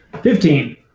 Fifteen